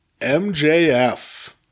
MJF